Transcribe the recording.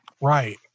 Right